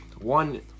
one